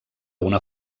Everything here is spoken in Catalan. una